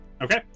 Okay